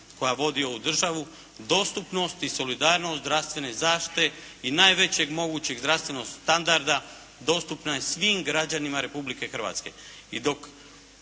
koja vodi ovu državu dostupnost i solidarnost zdravstvene zaštite i najvećeg mogućeg zdravstvenog standarda dostupna je svim građanima Republike Hrvatske.